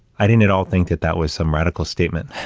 i didn't at all think that that was some radical statement,